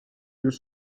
deux